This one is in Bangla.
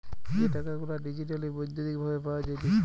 যে টাকা গুলা ডিজিটালি বৈদ্যুতিক ভাবে পাওয়া যাইতেছে